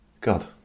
God